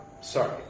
sorry